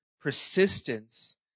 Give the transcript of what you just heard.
Persistence